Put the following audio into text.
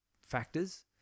factors